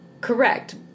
Correct